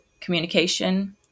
communication